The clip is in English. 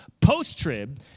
Post-trib